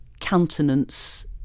countenance